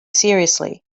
seriously